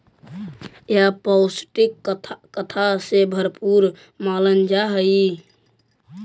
यह पौष्टिकता से भरपूर मानल जा हई